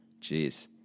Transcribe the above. Jeez